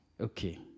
Okay